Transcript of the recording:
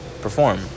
perform